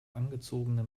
angezogene